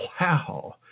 wow